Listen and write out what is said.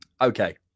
Okay